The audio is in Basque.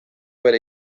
bera